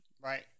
Right